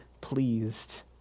pleased